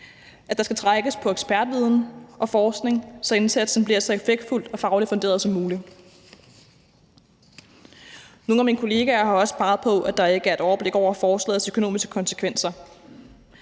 at der skal trækkes på ekspertviden og forskning, så indsatsen bliver så effektfuld og fagligt funderet som muligt. Nogle af mine kollegaer har også peget på, at der ikke er et overblik over forslagets økonomiske konsekvenser.